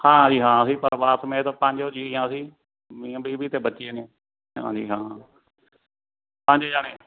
ਹਾਂ ਜੀ ਹਾਂ ਜੀ ਪਰਿਵਾਰ ਸਮੇਤ ਪੰਜ ਜੀਅ ਹਾਂ ਅਸੀਂ ਮੀਆਂ ਬੀਵੀ ਅਤੇ ਬੱਚੇ ਨੇ ਹਾਂਜੀ ਹਾਂ ਪੰਜ ਜਾਣੇ